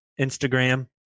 Instagram